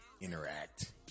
interact